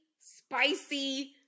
spicy